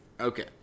Okay